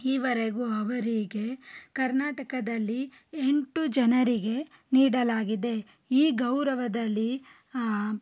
ಈವರೆಗೂ ಅವರಿಗೆ ಕರ್ನಾಟಕದಲ್ಲಿ ಎಂಟು ಜನರಿಗೆ ನೀಡಲಾಗಿದೆ ಈ ಗೌರವದಲ್ಲಿ